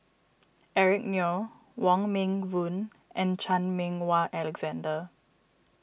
Eric Neo Wong Meng Voon and Chan Meng Wah Alexander